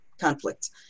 conflicts